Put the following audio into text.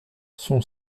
son